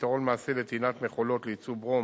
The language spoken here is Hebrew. ופתרון מעשי לטעינת מכולות לייצוא ברום